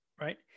right